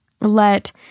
let